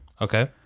okay